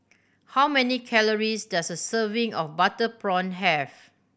how many calories does a serving of butter prawn have